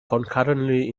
concurrently